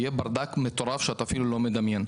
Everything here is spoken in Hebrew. יהיה ברדק מטורף שאתה אפילו לא מדמיין.